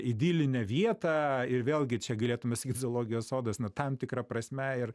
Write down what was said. idilinę vietą ir vėlgi čia galėtume sakyt zoologijos sodas na tam tikra prasme ir